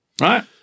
right